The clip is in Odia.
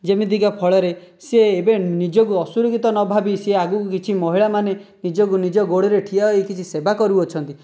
ଯେମିତି କା ଫଳରେ ସେ ଏବେ ନିଜକୁ ଅସୁରକ୍ଷିତ ନ ଭାବି ସେ ଆଗକୁ କିଛି ମହିଳା ମାନେ ନିଜକୁ ନିଜ ଗୋଡ଼ରେ ଠିଆ ହୋଇ କିଛି ସେବା କରୁଅଛନ୍ତି